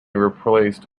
replaced